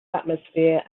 atmosphere